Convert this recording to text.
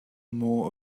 more